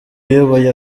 uyoboye